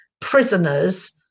prisoners